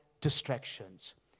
distractions